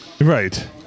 Right